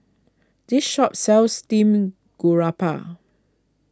this shop sells Steamed Garoupa